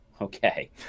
Okay